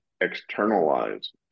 externalize